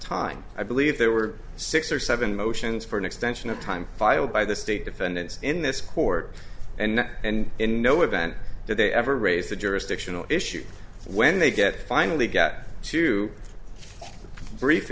time i believe there were six or seven motions for an extension of time filed by the state defendants in this court and and in no event did they ever raise the jurisdictional issue when they get finally get to brief